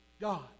God